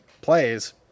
plays